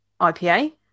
IPA